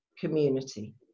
community